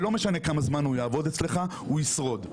ולא משנה כמה זמן הוא יעבוד אצלך, הוא ישרוד.